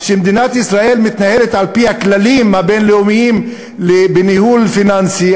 שמדינת ישראל מתנהלת על-פי הכללים הבין-לאומיים בניהול פיננסי,